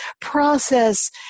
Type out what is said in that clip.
process